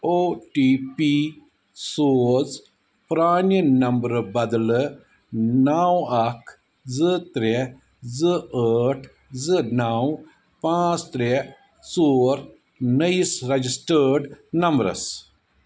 او T P سوز پرٛانہِ نمبرٕ بدلہٕ نَو اَکھ زٕ ترٛےٚ زٕ ٲٹھ زٕ نَو پانٛژھ ترٛےٚ ژور نٔیِس ریجَسٹٲڈ نمبرَس